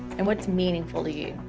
and what's meaningful to you?